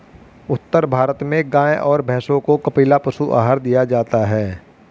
उत्तर भारत में गाय और भैंसों को कपिला पशु आहार दिया जाता है